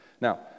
Now